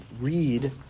read